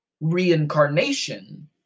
Reincarnation